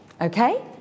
Okay